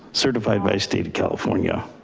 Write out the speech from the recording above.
certified by state of california.